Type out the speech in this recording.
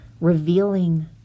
revealing